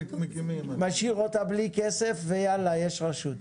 משאיר אותה בלי כסף ויאללה יש רשות.